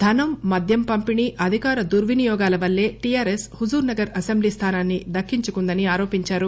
ధనం మద్యం పంపిణీ అధికార దుర్వినియోగాల వల్లే టీఆర్ఎస్ హుజుర్ నగర్ అసెంబ్లీ స్థానాన్ని దక్కించుకుందని ఆరోపించారు